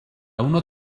uno